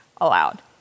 allowed